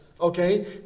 Okay